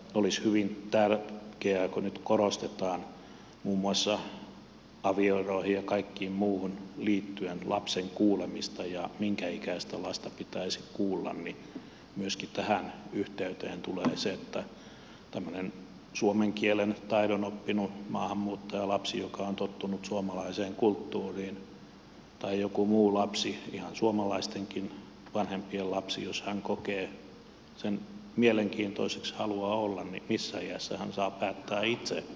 olisi hyvin tärkeää kun nyt korostetaan muun muassa avioeroihin ja kaikkeen muuhun liittyen lapsen kuulemista ja sitä minkä ikäistä lasta pitäisi kuulla että myöskin tähän yhteyteen tulee se että jos tämmöinen suomen kielen taidon oppinut maahanmuuttajalapsi joka on tottunut suomalaiseen kulttuuriin tai joku muu lapsi ihan suomalaistenkin vanhempien lapsi kokee sen mielenkiintoiseksi haluaa olla niin missä iässä hän saa päättää itse uskonnonvapaudestaan